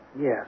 yes